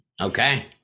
Okay